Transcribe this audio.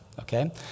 okay